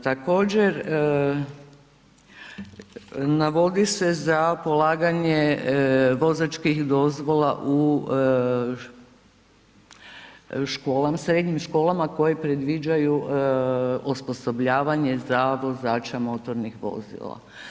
Također, navodi se za polaganje vozačkih dozvola u srednjim školama koje predviđaju osposobljavanje za vozača motornih vozila.